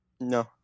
No